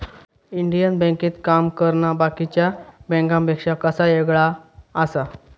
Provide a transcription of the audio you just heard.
Indian बँकेत काम करना बाकीच्या बँकांपेक्षा कसा येगळा आसा?